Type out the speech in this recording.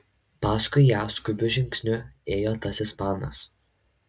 paskui ją skubiu žingsniu ėjo tas ispanas